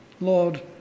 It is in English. Lord